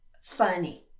funny